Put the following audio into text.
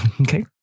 Okay